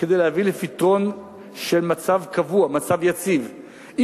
כדי להביא לפתרון של מצב קבוע, מצב יציב.